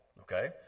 okay